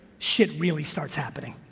shit really starts happening.